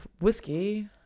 whiskey